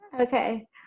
Okay